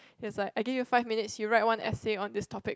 like I give you five minutes you write one essay on this topic